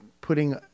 putting